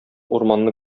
урманны